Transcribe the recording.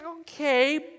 okay